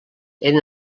eren